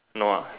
no ah